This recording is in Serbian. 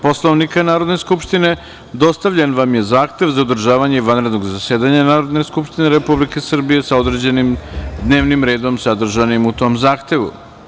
Poslovnika Narodne skupštine, dostavljen vam je zahtev za održavanje vanrednog zasedanja Narodne skupštine Republike Srbije sa određenim dnevnim redom sadržanim u tom zahtevu.